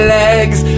legs